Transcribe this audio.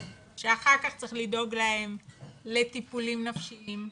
שאחר כך צריך לדאוג להם לטיפולים נפשיים,